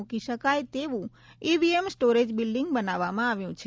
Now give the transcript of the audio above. મુકી શકાય તેવું ઈવીએમ સ્ટોરેજ બિલ્ડીંગ બનાવવામાં આવ્યું છે